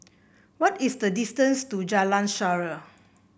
what is the distance to Jalan Shaer